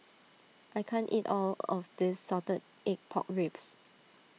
I can't eat all of this Salted Egg Pork Ribs